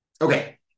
Okay